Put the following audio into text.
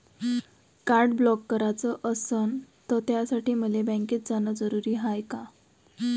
Card block कराच असनं त त्यासाठी मले बँकेत जानं जरुरी हाय का?